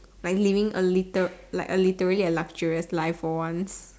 like living a liter~ like a literally luxurious life for once